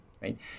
right